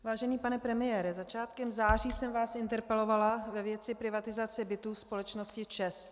Vážený pane premiére, začátkem září jsem vás interpelovala ve věci privatizace bytů společnosti ČEZ.